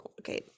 okay